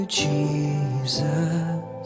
jesus